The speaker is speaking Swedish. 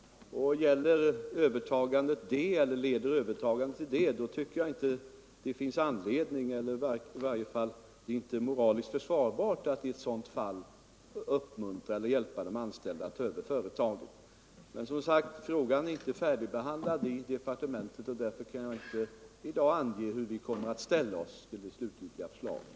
Leder övertagandet till det tycker jag inte det är moraliskt försvarbart att uppmuntra eller hjälpa de anställda att ta över företaget. Frågan är emellertid, som sagt, inte färdigbehandlad i departementet, och därför kan jag inte i dag ange hur vi kommer att ställa oss till det slutgiltiga förslaget.